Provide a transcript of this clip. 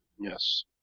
Yes